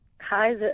Hi